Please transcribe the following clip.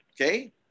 okay